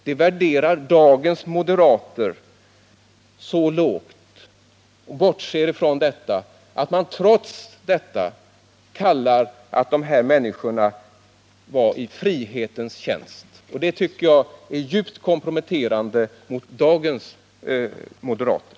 Tvärtom säger man att dessa människor var i frihetens tjänst. Det tycker jag är djupt komprometterande för dagens moderater.